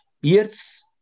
years